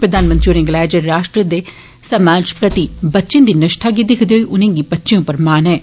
प्रधानमंत्री होरें गलाया जे राष्ट्र ते समाज प्रति बच्चें दी निष्ठा गी दिक्खदे होई उनेंगी बच्चे उप्पर मान होआ र दा ऐ